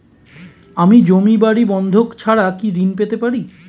আমি জমি বাড়ি বন্ধক ছাড়া কি ঋণ পেতে পারি?